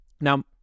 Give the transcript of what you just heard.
Now